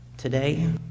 Today